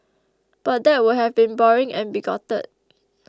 but that would have been boring and bigoted